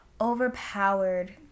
overpowered